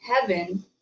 heaven